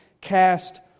cast